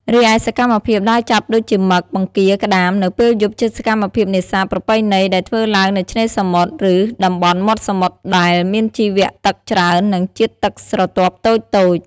រីឯសកម្មភាពដើរចាប់ដូចជាមឹក បង្គារ ក្តាម នៅពេលយប់ជាសកម្មភាពនេសាទប្រពៃណីដែលធ្វើឡើងនៅឆ្នេរសមុទ្រ ឬតំបន់មាត់សមុទ្រដែល មានជីវៈទឹកច្រើន និងជាតិទឹកស្រទាប់តូចៗ។